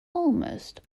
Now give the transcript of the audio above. almost